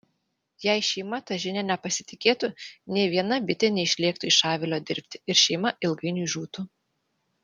jei šeima ta žinia nepasitikėtų nė viena bitė neišlėktų iš avilio dirbti ir šeima ilgainiui žūtų